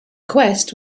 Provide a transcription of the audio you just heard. quest